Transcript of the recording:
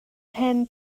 hen